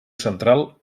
central